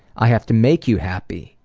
i have to make you happy,